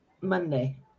Monday